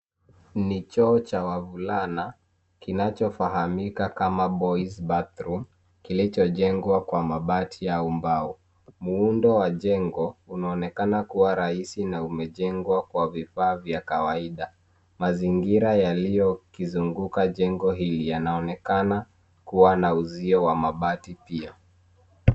Ni choo cha wavulana kinachofahamika kama boys bathroom kilichojengwa kwa mabati au mbao. Muundo wa jengo unaonekan kuwa rahisi na umejengwa kwa vifaa vya kawaida. Mazingira yaliyokizunguka jengo hili yanaonekana kuwa na uzio wa mabati pia.